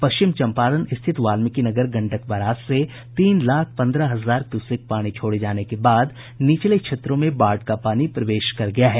पश्चिम चम्पारण स्थित वाल्मिकी नगर गंडक बराज से तीन लाख पन्द्रह हजार क्यूसेक पानी छोड़े जाने के बाद निचले क्षेत्रों में बाढ़ का पानी प्रवेश कर गया है